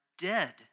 dead